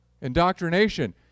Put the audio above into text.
Indoctrination